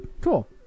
Cool